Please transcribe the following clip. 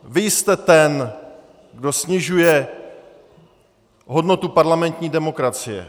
Vy jste ten, kdo snižuje hodnotu parlamentní demokracie.